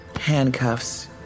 handcuffs